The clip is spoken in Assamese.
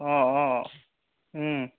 অঁ অঁ